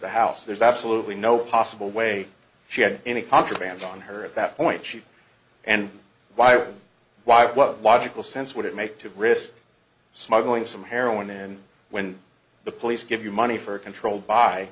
the house there's absolutely no possible way she had any contraband on her at that point she and why or why what logical sense would it make to risk smuggling some heroin in when the police give you money for a controlled by